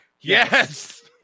Yes